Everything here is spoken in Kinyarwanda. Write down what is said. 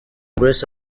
grace